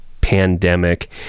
pandemic